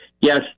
Yes